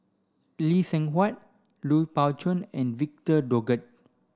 Lee Seng Huat Lui Pao Chuen and Victor Doggett